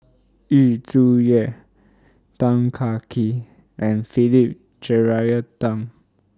Yu Zhuye Tan Kah Kee and Philip Jeyaretnam